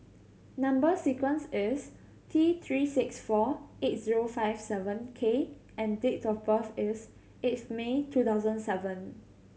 number sequence is T Three six four eight zero five seven K and date of birth is eighth May two thousand seven